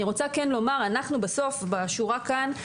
אני רוצה לומר שאנחנו בסוף מוציאים